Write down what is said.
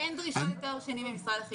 אין דרישה לתואר שני ממשרד החינוך.